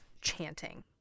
chanting